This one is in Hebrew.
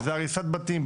זה הריסת בתים,